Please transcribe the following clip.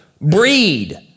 breed